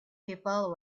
people